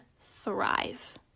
thrive